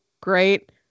Great